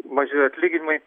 maži atlyginimai